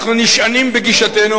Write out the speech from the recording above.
הם חיסלו אותו,